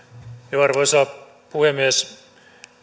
arvoisa puhemies